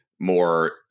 More